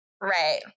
Right